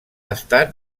estat